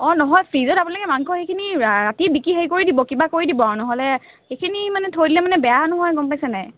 অঁ নহয় ফ্ৰিজত আপোনালোকে মাংস সেইখিনি ৰাতি বিকি হেৰি কৰি দিব কিবা কৰি দিব আৰু নহ'লে সেইখিনি মানে থৈ দিলে মানে বেয়া নহয় গম পাইছে নাই